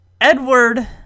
Edward